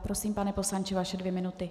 Prosím, pane poslanče, vaše dvě minuty.